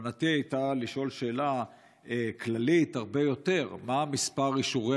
כוונתי הייתה לשאול שאלה כללית הרבה יותר: מה מספר אישורי